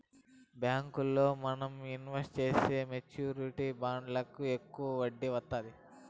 బ్యాంకుల్లో మనం ఇన్వెస్ట్ చేసే మెచ్యూరిటీ బాండ్లకి వడ్డీ ఎక్కువ వత్తాది